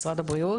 משרד הבריאות,